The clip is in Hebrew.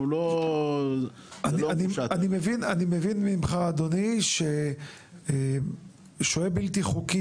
אנחנו לא --- אני מבין ממך אדוני ששוהה בלתי חוקי